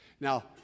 Now